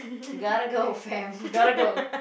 gotta go fam gotta go